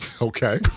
Okay